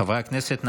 חברי הכנסת,